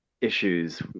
issues